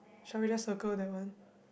shall we just circle that one